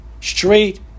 Straight